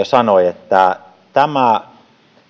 sanoi tämä